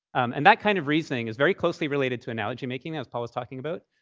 and that kind of reasoning is very closely related to analogy making, as paul was talking about.